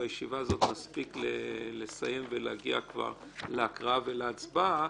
שבישיבה הזאת נספיק לסיים ולהגיע כבר להקראה ולהצבעה,